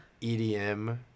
EDM